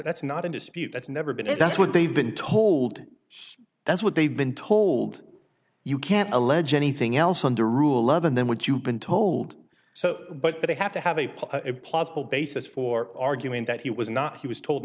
dispute that's never been if that's what they've been told that's what they've been told you can't allege anything else on the ruhleben then what you've been told so but they have to have a plausible basis for arguing that he was not he was told